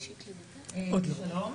שלום,